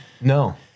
No